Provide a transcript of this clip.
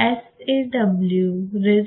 SAW resonator